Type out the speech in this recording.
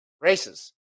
races